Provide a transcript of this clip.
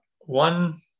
one